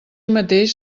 mateix